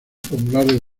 populares